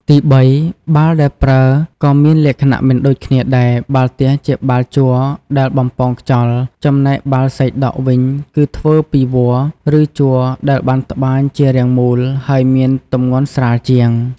ទីបី បាល់ដែលប្រើក៏មានលក្ខណៈមិនដូចគ្នាដែរ បាល់ទះជាបាល់ជ័រដែលបំប៉ោងខ្យល់ ចំណែកបាល់សីដក់វិញគឺធ្វើពីវល្លិ៍ ឬជ័រដែលបានត្បាញជារាងមូល ហើយមានទម្ងន់ស្រាលជាង។